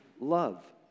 love